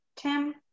Tim